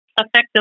effective